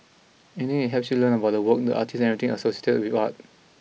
any that helps you learn about the work the artist everything associated with art